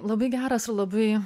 labai geras ir labai